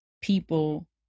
people